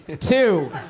two